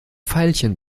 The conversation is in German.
veilchen